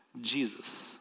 Jesus